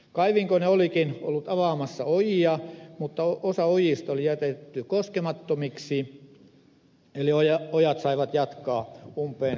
kaivinkone olikin ollut avaamassa ojia mutta osa ojista oli jätetty koskemattomiksi eli ojat saivat jatkaa umpeenkasvamistaan